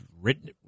written